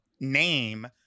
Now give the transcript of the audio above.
name